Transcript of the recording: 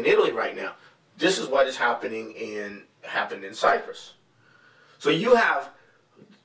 in italy right now this is what is happening in happened in cyprus so you have